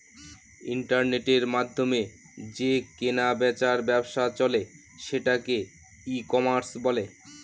ইন্টারনেটের মাধ্যমে যে কেনা বেচার ব্যবসা চলে সেটাকে ই কমার্স বলে